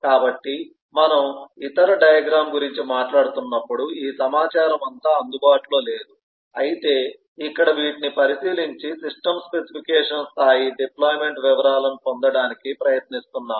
కాబట్టి మనము ఇతర డయాగ్రమ్ గురించి మాట్లాడుతున్నప్పుడు ఈ సమాచారం అంతా అందుబాటులో లేదు అయితే ఇక్కడ వీటిని పరిశీలించి సిస్టమ్ స్పెసిఫికేషన్ స్థాయి డిప్లొయిమెంట్ వివరాలను పొందడానికి ప్రయత్నిస్తున్నాము